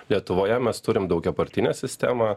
lietuvoje mes turim daugiapartinę sistemą